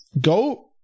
go